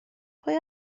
pwy